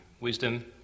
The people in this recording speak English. wisdom